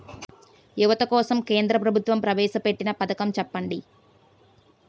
యువత కోసం కేంద్ర ప్రభుత్వం ప్రవేశ పెట్టిన పథకం చెప్పండి?